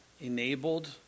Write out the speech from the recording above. enabled